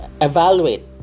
Evaluate